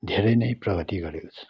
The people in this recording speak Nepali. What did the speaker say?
धेरै नै प्रगति गरेको छ